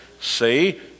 See